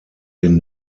den